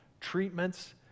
treatments